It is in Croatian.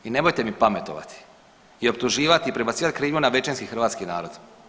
I nemojte mi pametovati i optuživati i prebacivati krivnju na većinski hrvatski narod.